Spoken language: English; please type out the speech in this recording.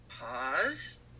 pause